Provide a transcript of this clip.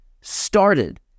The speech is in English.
started